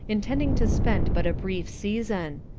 intending to spend but a brief season.